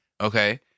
Okay